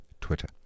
Twitter